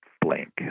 blank